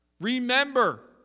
Remember